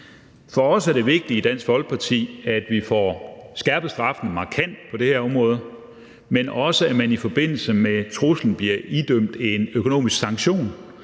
er det vigtigt, at vi får skærpet straffen markant på det her område, men også at man i forbindelse med truslen bliver idømt en økonomisk sanktion,